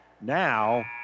Now